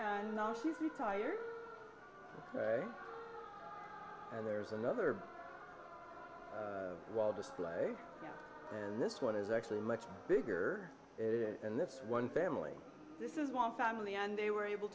and now she's retired and there's another while display and this one is actually much bigger and this one family this is one family and they were able